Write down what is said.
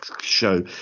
show